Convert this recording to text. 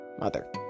mother